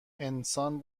انسان